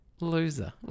loser